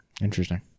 interesting